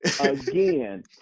Again